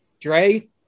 Dre